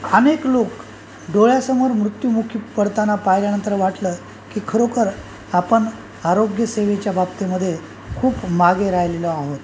अनेक लोक डोळ्यासमोर मृत्युमुखी पडताना पाहिल्यानंतर वाटलं की खरोखर आपण आरोग्यसेवेच्या बाबतीमध्ये खूप मागे राहिलेलो आहोत